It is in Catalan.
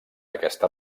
aquesta